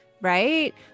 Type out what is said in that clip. right